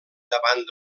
davant